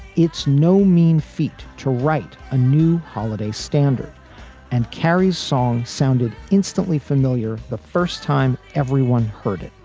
it's no mean feat to write a new holiday standard and carries songs. sounded instantly familiar. the first time everyone heard it.